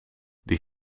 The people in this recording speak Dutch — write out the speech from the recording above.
die